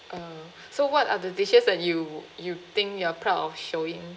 uh so what are the dishes that you you think you're proud of showing